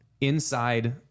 inside